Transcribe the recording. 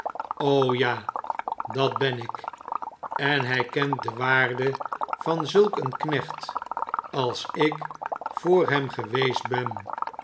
jaren oja datben ik en hy kent de waarde van zulk een knecht als ik voor hem geweest ben